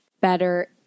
better